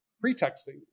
pretexting